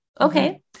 okay